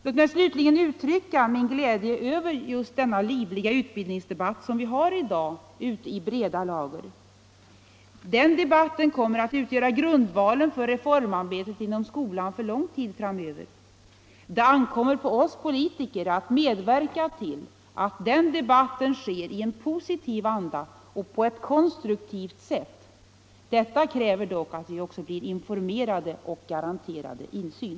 Låt mig slutligen uttrycka min glädje över den livliga utbildningsdebatt som vi har i dag ute i landet. Den debatten kommer att utgöra grundvalen för reformarbetet inom skolan för lång tid framöver. Det ankommer på oss politiker att medverka till att den debatten förs i en positiv anda och på ett konstruktivt sätt. Detta kräver dock att även vi blir informerade och garanterade insyn.